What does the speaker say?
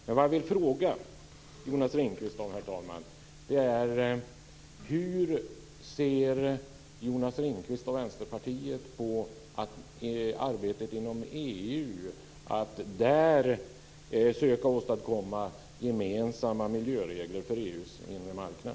Men vad jag vill fråga Jonas Ringqvist, herr talman, är hur Jonas Ringqvist och Vänsterpartiet ser på att i arbetet inom EU söka åstadkomma gemensamma miljöregler för EU:s inre marknad.